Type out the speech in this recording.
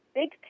big